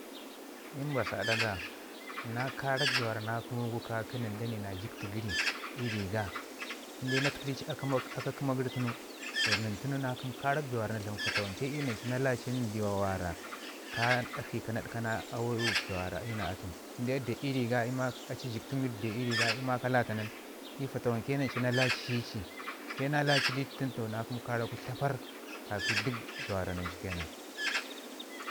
I mbasu ada ga na karak beewara na kəmu kə ki nən da nai na jəktu gəri i ri ga. Inde na təki dici aka kəma gəri tunu toh nin tənu na kəmu karak bee na dlamu fatawanke iyu nan chu na lati ndiwa wara ka akshi na dəkkana bee mi wara iyu na atu, inde deu i ri ga i maka lata nin iyu fatawanke nanchu na laa ci inde na laci di cin toh fatawanke na kəmu karak gu tlaparr, ka ki dək bee wara nachu ke nan